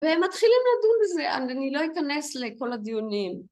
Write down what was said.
‫והם מתחילים לדון בזה, ‫אני לא אכנס לכל הדיונים.